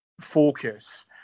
focus